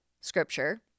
scripture